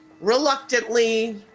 reluctantly